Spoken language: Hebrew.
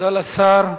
תודה לשר.